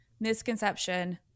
misconception